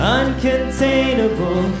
uncontainable